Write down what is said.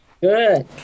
Good